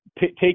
Take